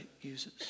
uses